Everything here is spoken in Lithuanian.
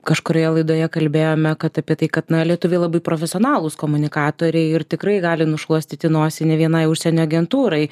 kažkurioje laidoje kalbėjome kad apie tai kad na lietuviai labai profesionalūs komunikatoriai ir tikrai gali nušluostyti nosį ne vienai užsienio agentūrai